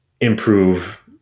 improve